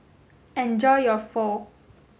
enjoy your Pho